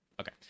Okay